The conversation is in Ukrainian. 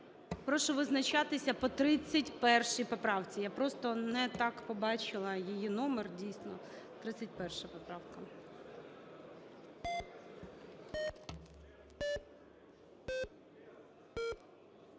Прошу визначатися по 31 поправці. Я просто не так побачила її номер, дійсно – 31 поправка.